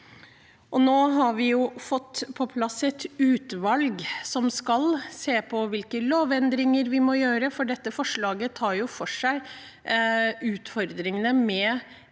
Nå har vi fått på plass et utvalg som skal se på hvilke lovendringer vi må gjøre, for dette forslaget tar for seg utfordringene med